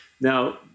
Now